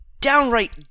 downright